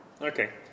Okay